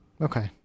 okay